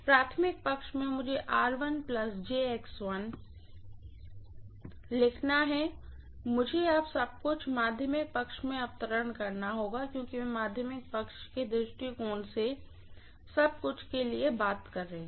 primary side में मुझे लिखना है मुझे अब सब कुछ सेकेंडरी साइड में अवतरण करना होगा क्योंकि मैं सेकेंडरी साइड के दृष्टिकोण से सब कुछ के बारे में बात कर रही हूँ